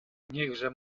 niechże